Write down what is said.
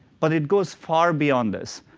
but it goes far beyond this.